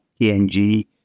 PNG